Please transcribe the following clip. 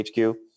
hq